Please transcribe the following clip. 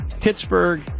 Pittsburgh